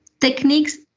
techniques